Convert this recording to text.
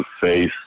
face